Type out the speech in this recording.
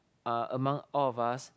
uh among all of us